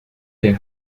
their